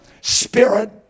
spirit